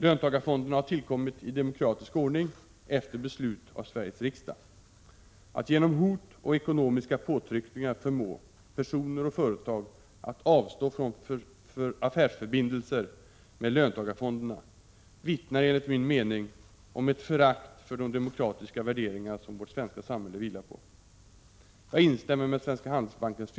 Löntagarfonderna har tillkommit i demokratisk ordning efter beslut av Sveriges riksdag. Att genom hot och ekonomiska påtryckningar förmå personer och företag att avstå från affärsförbindelser med löntagarfonderna vittnar enligt min mening om ett förakt för de demokratiska värderingar som vårt svenska samhälle vilar på. Jag instämmer med Svenska Handelsbankens = Prot.